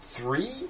three